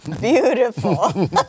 Beautiful